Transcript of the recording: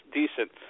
decent